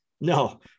no